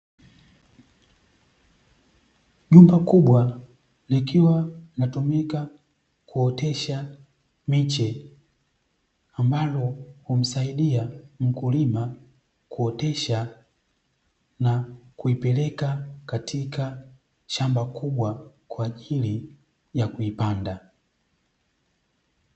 Jumba kubwa likiwa linatumika kuotesha miche ambayo humsaidia mkulima, kuotesha na kuipeleka katika shamba kubwa kwa ajili ya kuipanda.